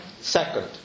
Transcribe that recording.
Second